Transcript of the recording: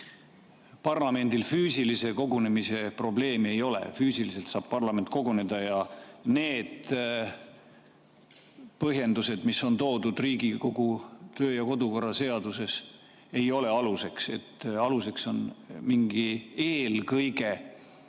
parlamendil füüsilise kogunemise probleemi ei ole, füüsiliselt saab parlament koguneda. Need põhjendused, mis on toodud Riigikogu kodu‑ ja töökorra seaduses, ei ole aluseks. Aluseks on mingi "eelkõige"